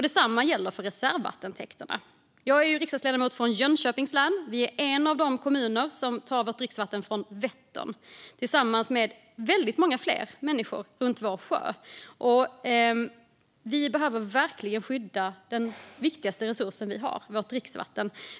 Detsamma gäller för reservvattentäkterna. Jag är riksdagsledamot från Jönköpings län. Jönköping är en av de kommuner som tar sitt dricksvatten från Vättern. Det gör också väldigt många fler människor runt vår sjö. Vi behöver verkligen skydda den viktigaste resursen vi har, vårt dricksvatten.